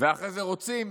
ואחרי זה רוצים